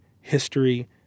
history